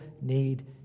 need